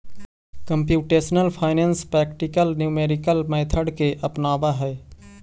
computational finance practical numerical method के अपनावऽ हई